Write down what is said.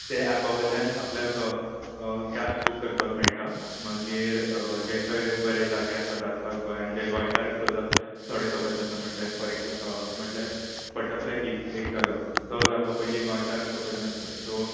ते एपा वयल्यान आपल्याक कॅब्स बूक करपाक मेळटा मागीर जे खंय बरे जागे आसात आस पास गोंयान जे गोंयकार सुद्दां थोडे खबर नासता म्हणल्यार फॉर एग्जा म्हणल्यार बटरफ्लाय बीच एक जालो तो जागो पयलीं गोंयकारांक खबर नासलो सो